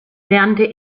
lernte